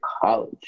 college